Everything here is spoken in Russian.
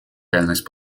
реальность